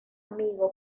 amigo